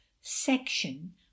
section